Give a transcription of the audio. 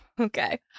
Okay